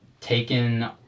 taken